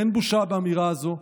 אין בושה באמירה הזו.